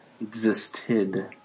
Existed